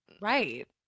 right